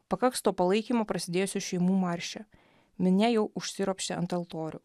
pakaks to palaikymo prasidėjusio šeimų marše minia jau užsiropštė ant altorių